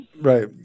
Right